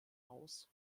aus